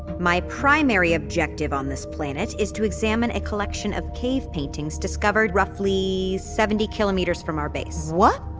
my primary objective on this planet is to examine a collection of cave paintings discovered roughly seventy kilometers from our base what?